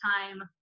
time